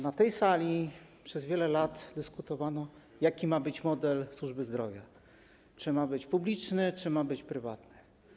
Na tej sali przez wiele lat dyskutowano o tym, jaki ma być model służby zdrowia, czy ma być publiczny, czy ma być prywatny.